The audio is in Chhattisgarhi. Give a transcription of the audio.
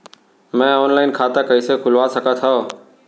मैं ऑनलाइन खाता कइसे खुलवा सकत हव?